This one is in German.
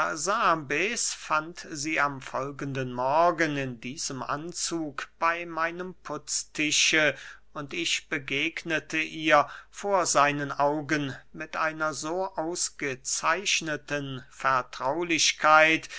fand sie am folgenden morgen in diesem anzuge bey meinem putztische und ich begegnete ihr vor seinen augen mit einer so ausgezeichneten vertraulichkeit